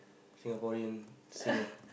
Singapore singer